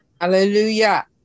Hallelujah